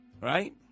Right